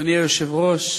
אדוני היושב-ראש,